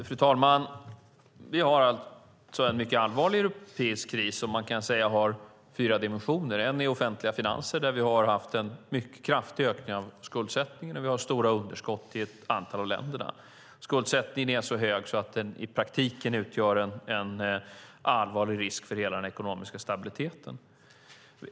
Fru talman! Vi har alltså en mycket allvarlig europeisk kris, som man kan säga har fyra dimensioner. En dimension är offentliga finanser, där vi har haft en mycket kraftig ökning av skuldsättning. Vi har stora underskott i ett antal av länderna. Skuldsättningen är så hög att den i praktiken utgör en allvarlig risk för hela den ekonomiska stabiliteten.